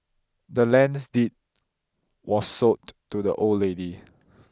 the land's deed was sold to the old lady